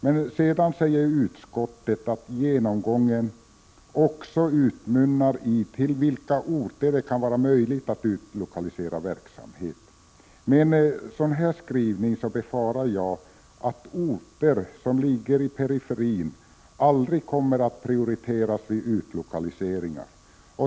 Men sedan säger utskottet att genomgången också utmynnar i förslag till vilka orter det kan vara möjligt att utlokalisera verksamheter. Med en sådan skrivning befarar jag att orter som ligger i periferin aldrig kommer att prioriteras vid utlokaliseringar.